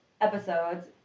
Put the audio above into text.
episodes